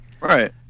Right